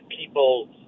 people